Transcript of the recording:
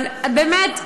אבל באמת,